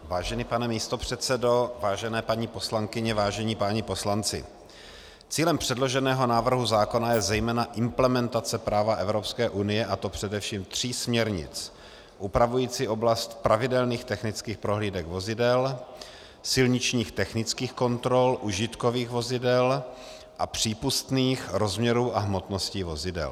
Vážený pane místopředsedo, vážené paní poslankyně, vážení páni poslanci, cílem předloženého návrhu zákona je zejména implementace práva Evropské unie, a to především tří směrnic upravujících oblast pravidelných technických prohlídek vozidel, silničních technických kontrol užitkových vozidel a přípustných rozměrů a hmotnosti vozidel.